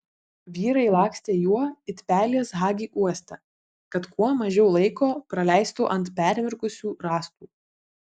vyrai lakstė juo it pelės hagi uoste kad kuo mažiau laiko praleistų ant permirkusių rąstų